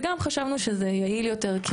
וגם חשבנו שזה יעיל יותר,